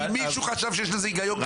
כי מישהו חשב שיש לזה היגיון כלכלי?